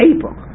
April